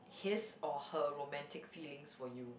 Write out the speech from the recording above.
his or her romantic feelings for you